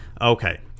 Okay